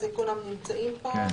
כולם נמצאים פה.